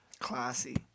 classy